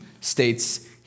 states